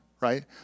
right